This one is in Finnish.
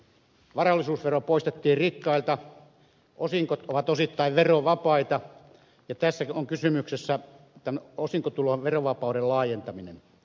varallisuusvero poistettiin rikkailta osingot ovat osittain verovapaita ja tässä on kysymyksessä osinkotulon verovapauden laajentaminen